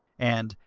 and,